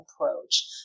approach